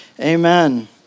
Amen